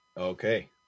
Okay